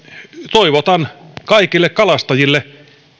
toivotan kaikille kalastajille